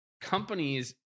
companies